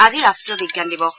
আজি ৰাষ্ট্ৰীয় বিজ্ঞান দিৱস